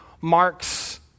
marks